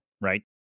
right